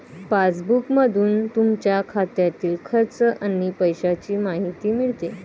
पासबुकमधून तुमच्या खात्यातील खर्च आणि पैशांची माहिती मिळते